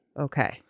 okay